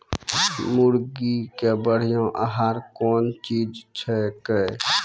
मुर्गी के बढ़िया आहार कौन चीज छै के?